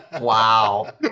Wow